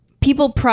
People